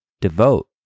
devote